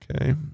Okay